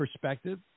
perspective